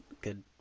good